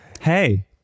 hey